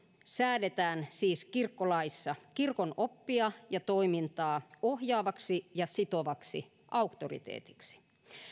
säädetään siis kirkkolaissa kirkon oppia ja toimintaa ohjaavaksi ja sitovaksi auktoriteetiksi